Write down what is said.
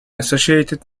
associated